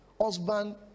husband